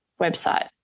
website